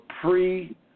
pre